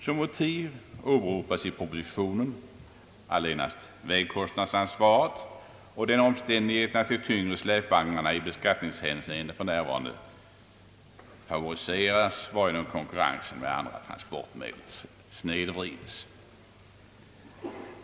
Som motiv åberopas i propositionen allenast vägkostnadsansvaret och den omständigheten att de tyngre släpvagnarna i beskattningshänseende för närvarande favoriseras, varigenom konkurrensen med andra transportmedel snedvrides.